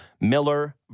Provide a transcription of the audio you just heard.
Miller